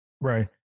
Right